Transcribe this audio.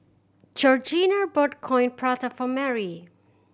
Georgina bought Coin Prata for Marry